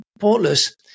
Portless